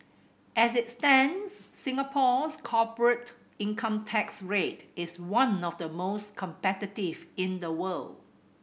as it stands Singapore's corporate income tax rate is one of the most competitive in the world